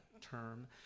term